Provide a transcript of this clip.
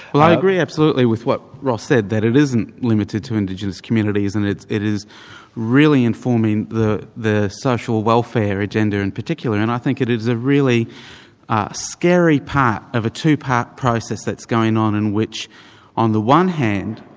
well i agree absolutely with what ross said, that it isn't limited to indigenous communities and it is really informing the the social welfare agenda in particular, and i think it it is a really scary part of a two-part process that's going on in which on the one hand,